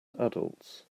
adults